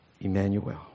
Emmanuel